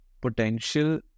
potential